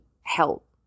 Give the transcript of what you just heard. help